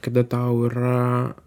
kada tau yra